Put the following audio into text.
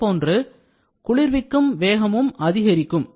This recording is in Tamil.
அதைப்போன்று குளிர்விக்கும் வேகமும் அதிகரிக்கும்